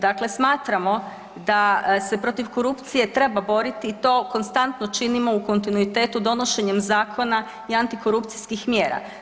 Dakle, smatramo da se protiv korupcije treba boriti i to konstantno činimo u kontinuitetu donošenjem zakona i antikorupcijskih mjera.